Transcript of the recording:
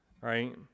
right